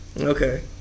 Okay